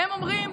כן.